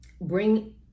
bring